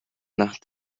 nach